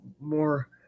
more